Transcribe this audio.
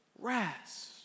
rest